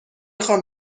خوام